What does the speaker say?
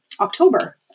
October